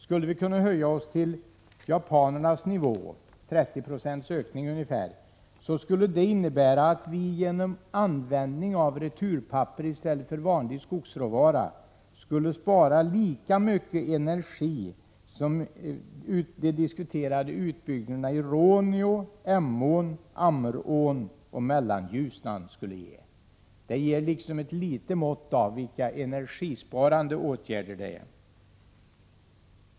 Skulle vi kunna höja oss till japanernas nivå — genom ungefär 30 96 ökning — skulle det innebära att vi genom användning av returpapper i stället för vanlig skogsråvara skulle spara lika mycket energi som de diskuterade utbyggnaderna av Råne älv, Emån, Ammerån och Mellanljusnan skulle åstadkomma. Det ger en liten föreställning om vilka energisparande åtgärder det är fråga om.